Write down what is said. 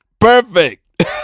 Perfect